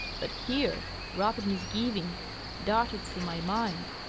but here rapid misgiving darted through my mind.